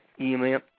email